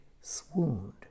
swooned